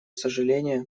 сожаление